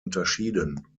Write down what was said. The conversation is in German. unterschieden